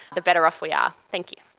the better off we are. thank you.